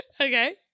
okay